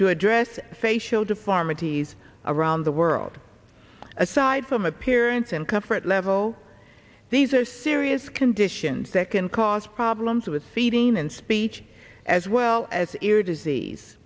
to address facial deformities around the world aside from appearance and comfort level these are serious conditions that can cause problems with feeding and speech as well as ear disease